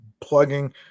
plugging